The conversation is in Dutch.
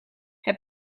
het